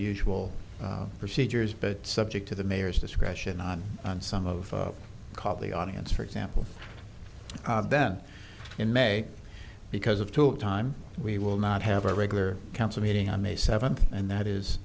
usual procedures but subject to the mayor's discretion on some of the audience for example then in may because of talk time we will not have a regular council meeting on may seventh and that is